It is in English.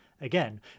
again